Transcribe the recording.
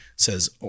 says